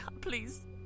please